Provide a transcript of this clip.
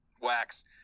wax